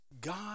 God